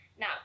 Now